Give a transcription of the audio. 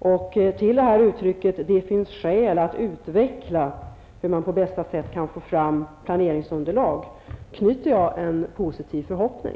Med anledning av uttalandet att det finns skäl att utveckla hur man på bästa sätt kan få fram planeringsunderlag, knyter jag en positiv förhoppning.